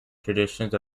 traditions